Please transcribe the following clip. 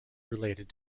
related